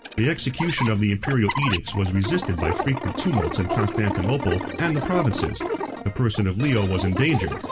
the execution of the imperial edicts was resisted by frequent tumults in constantinople and the provinces the person of leo was endangered,